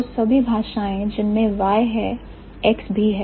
तो सभी भाषाएं जिनमें Y है X भी है